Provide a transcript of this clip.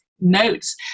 notes